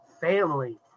family